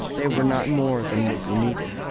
they were not more than would be needed.